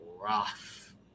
rough